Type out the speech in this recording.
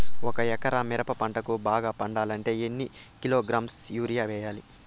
ఒక ఎకరా మిరప పంటకు బాగా పండాలంటే ఎన్ని కిలోగ్రామ్స్ యూరియ వెయ్యాలి?